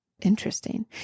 Interesting